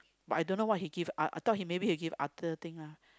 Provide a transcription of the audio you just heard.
but I don't know what he give I I thought he give other thing lah